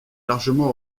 largement